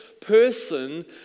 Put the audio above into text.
person